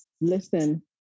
Listen